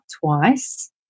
twice